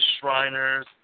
shriners